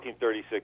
1936